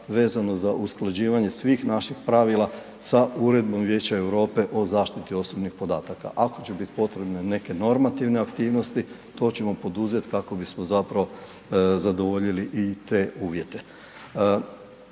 vezano za usklađivanje svih naših pravila sa Uredbom Vijeća Europe o zaštiti osobnih podataka. Ako će biti potrebne neke normativne aktivnosti, to ćemo poduzeti kako bismo zapravo zadovoljili i te uvjete.